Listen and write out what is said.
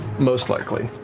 most likely.